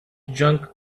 junk